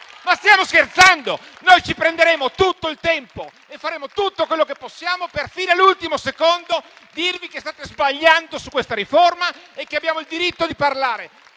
Ma stiamo scherzando! Noi ci prenderemo tutto il tempo e faremo tutto quello che possiamo per dirvi fino all'ultimo secondo che state sbagliando su questa riforma e che abbiamo il diritto di parlare.